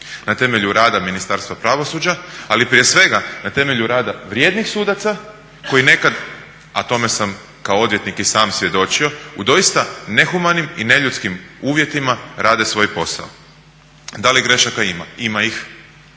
na temelju rada Ministarstva pravosuđa ali prije svega na temelju rada vrijednih sudaca koji nekad, a tome sam kao odvjetnik i sam svjedočio u doista nehumanim i neljudskim uvjetima rade svoj posao. Da li grešaka ima, ima ih,